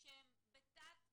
שהן בתת תפוסה.